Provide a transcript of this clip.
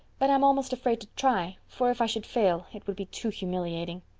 but i'm almost afraid to try, for, if i should fail, it would be too humiliating.